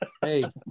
Hey